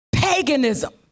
Paganism